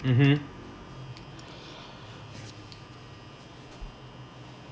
mmhmm